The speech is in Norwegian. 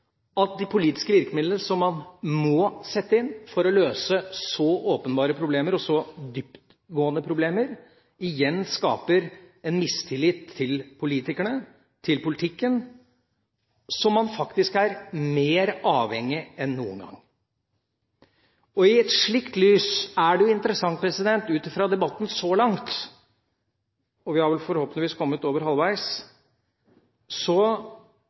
at de politiske virkemidlene som man må sette inn for å løse så åpenbare og dyptgående problemer, skaper mistillit til politikerne, til politikken, som man faktisk er mer avhengig av enn noen gang. I et slikt lys er det interessant, ut fra debatten så langt – vi har vel forhåpentligvis kommet over halvveis – at det i hvert fall er tre elementer som står igjen etter innleggene så